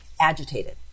agitated